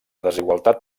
desigualtat